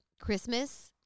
Christmas